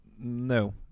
No